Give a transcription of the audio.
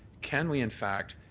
can we in fact